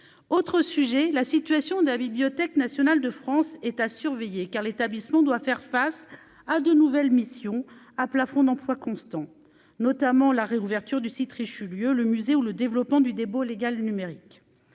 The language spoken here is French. autre sujet, la situation d'avis, Bibliothèque nationale de France, est à surveiller, car l'établissement doit faire face à des nouvelles missions à plafond d'emplois constants, notamment, la réouverture du site Richelieu le musée ou le développement du dépôt légal numérique